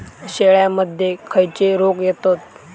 शेळ्यामध्ये खैचे रोग येतत?